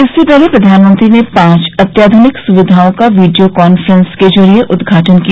इससे पहले प्रधानमंत्री ने पांच अत्याध्निक सुविधाओं का वीडियो कांफ्रेंस के जरिए उदघाटन किया